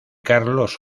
carlos